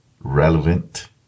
relevant